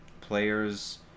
players